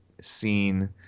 scene